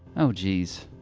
oh geez.